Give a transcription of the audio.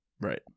Right